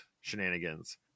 shenanigans